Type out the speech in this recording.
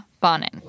Bonin